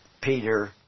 Peter